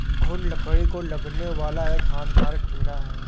घून लकड़ी को लगने वाला एक हानिकारक कीड़ा है